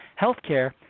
healthcare